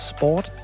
Sport